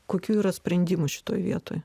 kokių yra sprendimų šitoj vietoj